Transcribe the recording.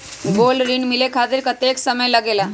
Gold ऋण मिले खातीर कतेइक समय लगेला?